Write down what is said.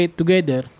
together